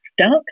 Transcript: stuck